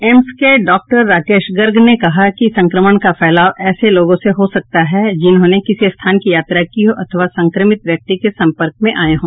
AIIMS के doctor Rakesh Garg ने कहा कि संक्रमण का फैलाव ऐसे लोगों से हो सकता है जिन्होंने किसी स्थान की यात्रा की हो अथवा संक्रमित व्यक्ति के सम्पर्क में आए हों